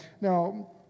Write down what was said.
now